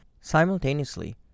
Simultaneously